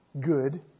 good